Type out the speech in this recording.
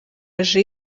yaje